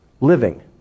living